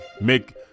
Make